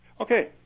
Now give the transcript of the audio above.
Okay